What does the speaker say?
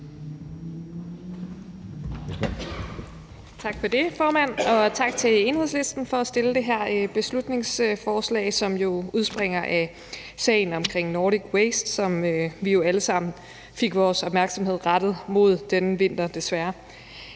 Tak for det, formand, og tak til Enhedslisten for at fremsætte det her beslutningsforslag, som jo udspringer af sagen om Nordic Waste, som vi jo alle sammen fik vores opmærksomhed rettet mod denne vinter, desværre.